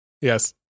Yes